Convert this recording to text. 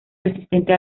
resistente